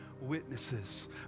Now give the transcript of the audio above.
witnesses